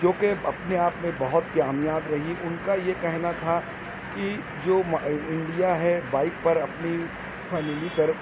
جوکہ اپنے آپ میں بہت کامیاب رہی ان کا یہ کہنا تھا کہ جو انڈیا ہے بائیک پر اپنی فیملی کر